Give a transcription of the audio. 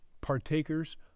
partakers